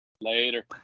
Later